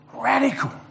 Radical